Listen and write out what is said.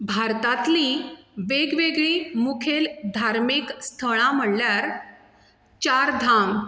भारतांतलीं वेगळींवेगळीं मुखेल धार्मीक स्थळां म्हळ्ळ्यार चारधाम